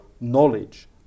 knowledge